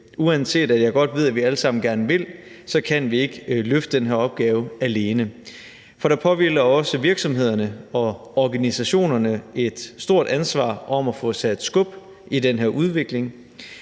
uanset at jeg godt ved, at vi alle sammen gerne vil, ikke kan løfte den her opgave alene, for der påhviler også virksomhederne og organisationerne et stort ansvar for at få sat skub i den her udvikling.